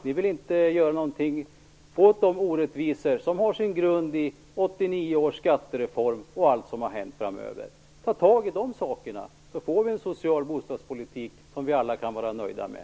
Ni vill inte göra någonting mot de orättvisor som har sin grund i 1989 års skattereform och allt som har hänt sedan dess. Ta tag i de sakerna, så får vi en social bostadspolitik som vi alla kan vara nöjda med.